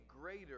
greater